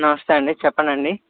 నమస్తే అండి చెప్పండి అండి